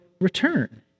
return